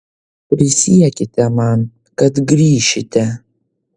prisiekite man kad grįšite